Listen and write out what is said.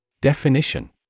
Definition